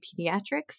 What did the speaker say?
Pediatrics